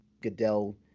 Goodell